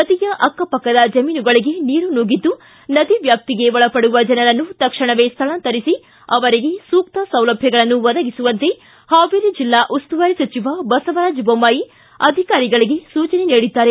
ನದಿಯ ಅಕ್ಕಪಕ್ಕದ ಜಮೀನುಗಳಿಗೆ ನೀರು ನುಗ್ಗಿದ್ದು ನದಿಯ ವ್ಯಾಪ್ತಿಗೆ ಒಳಪಡುವ ಜನರನ್ನು ತಕ್ಷಣವೇ ಸ್ಥಳಾಂತರಿಸಿ ಅವರಿಗೆ ಸೂಕ್ತ ಸೌಲಭ್ಯಗಳನ್ನು ಒದಗಿಸುವಂತೆ ಹಾವೇರಿ ಜಿಲ್ಲಾ ಉಸ್ತುವಾರಿ ಸಚಿವ ಬಸವರಾಜ ಬೊಮ್ಮಾಯಿ ಅಧಿಕಾರಿಗಳಿಗೆ ಸೂಚನೆ ನೀಡಿದ್ದಾರೆ